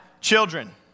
children